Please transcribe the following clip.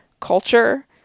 culture